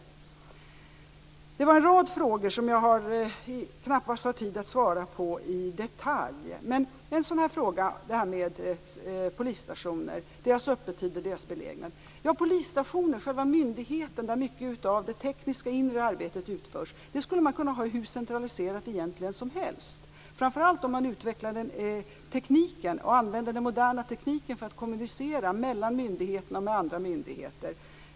Det ställdes en rad frågor, som jag knappast har tid att svara på i detalj. Bl.a. ställdes en fråga om polisstationernas öppettider och belägenhet. Själva polisstationen, myndigheten, där mycket av det tekniska inre arbetet utförs skulle man egentligen kunna ha hur centraliserad som helst - framför allt om man utvecklade och använde den moderna tekniken för att kommunicera mellan myndigheterna och med andra myndigheter.